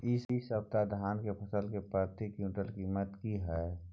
इ सप्ताह धान के फसल के प्रति क्विंटल कीमत की हय?